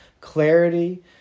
clarity